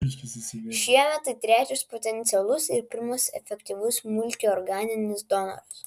šiemet tai trečias potencialus ir pirmas efektyvus multiorganinis donoras